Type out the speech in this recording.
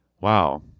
wow